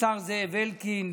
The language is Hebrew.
לשר זאב אלקין,